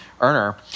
earner